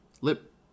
lip